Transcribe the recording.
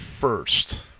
first